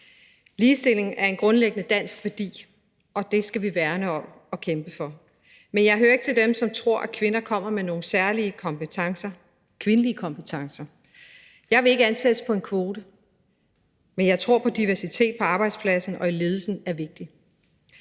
Ligestilling er en grundlæggende dansk værdi, og det skal vi værne om og kæmpe for, men jeg hører ikke til dem, som tror, at kvinder kommer med nogle særlige kompetencer, kvindelige kompetencer. Jeg vil ikke ansættes på en kvote, men jeg tror på, at diversitet på arbejdspladsen og i ledelsen er vigtigt,